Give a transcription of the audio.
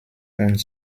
und